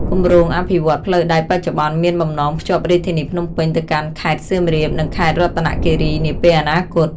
គម្រោងអភិវឌ្ឍន៍ផ្លូវដែកបច្ចុប្បន្នមានបំណងភ្ជាប់រាជធានីភ្នំពេញទៅកាន់ខេត្តសៀមរាបនិងខេត្តរតនគិរីនាពេលអនាគត។